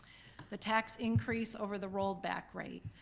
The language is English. the tax increase over the rolled-back rate.